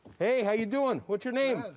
hey, how you doing? what's your name?